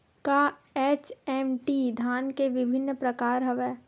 का एच.एम.टी धान के विभिन्र प्रकार हवय?